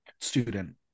student